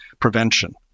Prevention